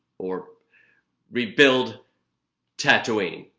or rebuild tatooine.